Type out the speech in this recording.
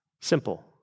Simple